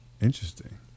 interesting